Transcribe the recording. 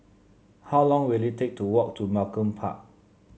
how long will it take to walk to Malcolm Park